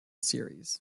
series